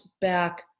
back